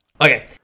Okay